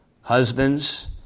Husbands